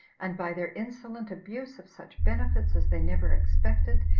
and by their insolent abuse of such benefits as they never expected,